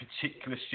particular